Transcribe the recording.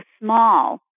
small